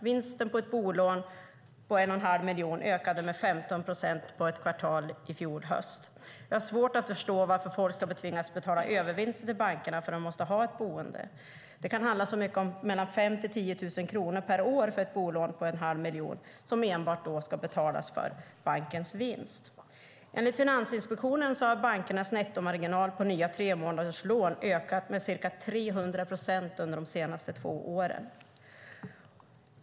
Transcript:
Vinsten på ett bolån på 1 1⁄2 miljon ökade med 15 procent på ett kvartal i fjol höst. Jag har svårt att förstå varför folk ska tvingas betala övervinster till bankerna för att de måste ha ett boende. Det kan handla om så mycket som mellan 5 000 och 10 000 kronor per år för ett bolån på en halv miljon, som enbart ska betalas för bankens vinst. Enligt Finansinspektionen har bankernas nettomarginal på nya tremånaderslån ökat med ca 300 procent under de senaste två åren.